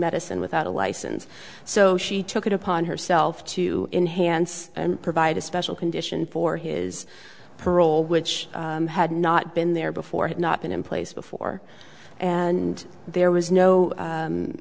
medicine without a license so she took it upon herself to enhance and provide a special condition for his parole which had not been there before had not been in place before and there was no